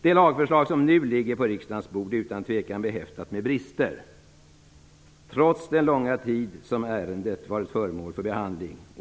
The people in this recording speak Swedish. Det lagförslag som nu ligger på riksdagens bord är utan tvivel behäftat med brister, trots den långa tid som ärendet varit föremål för behandling.